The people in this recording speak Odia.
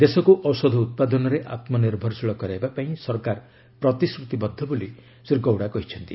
ଦେଶକୁ ଔଷଧ ଉତ୍ପାଦନରେ ଆତ୍ମନିର୍ଭରଶୀଳ କରାଇବା ପାଇଁ ସରକାର ପ୍ରତିଶ୍ରତିବଦ୍ଧ ବୋଲି ଶ୍ରୀ ଗୌଡ଼ା କହିଛନ୍ତି